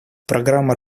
программа